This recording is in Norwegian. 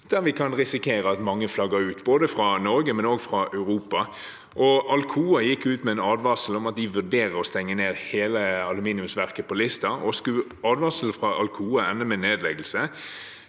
og vi kan risikere at mange flagger ut, fra både Norge og Europa. Alcoa gikk ut med en advarsel om at de vurderer å stenge ned hele aluminiumsverket på Lista, og skulle advarselen fra Alcoa ende med nedleggelse,